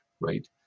right